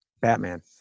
Batman